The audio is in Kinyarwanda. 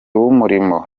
w’umurimo